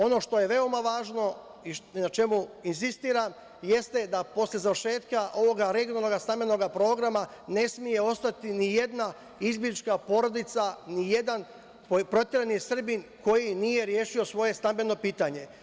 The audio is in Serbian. Ono što je veoma važno i na čemu insistiram jeste da posle završetka ovog regionalnog stambenog programa ne sme ostati nijedan izbeglička porodica, nijedan proterani Srbin koji nije rešio svoje stambeno pitanje.